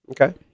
Okay